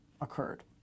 occurred